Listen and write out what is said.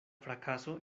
frakaso